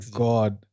god